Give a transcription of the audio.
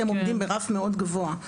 הם עובדים ברף מאוד גבוה.